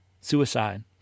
suicide